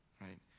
Right